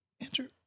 Andrew